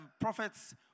prophets